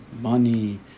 money